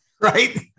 Right